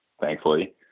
thankfully